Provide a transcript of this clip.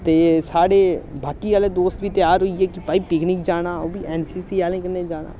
ते साढ़े बाकी आह्ले दोस्त बी त्यार होई गे कि भाई पिकनिक जाना ओह् बी ऐन्न सी सी आह्लें कन्नै जाना